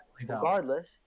regardless